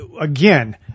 again